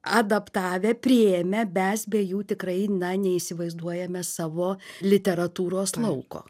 adaptavę priėmę mes be jų tikrai na neįsivaizduojame savo literatūros lauko